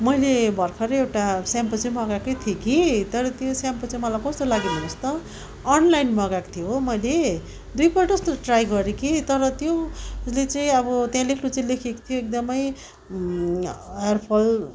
मैले भर्खरै एउटा स्याम्पो चाहिँ मगाएकै थिएँ कि तर त्यो स्याम्पो चाहिँ मलाई कस्तो लाग्यो भन्नुहोस् त अनलाइन मगाएको थिएँ हो मैले दुईपल्ट जस्तो ट्राई गरेँ कि तर त्यो ले चाहिँ अब त्यहाँ लेख्नु चाहिँ लेखिएको थियो एकदमै हरफल